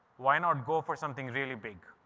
why not go for something really big?